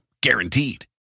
Guaranteed